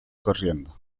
corriendo